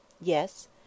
Yes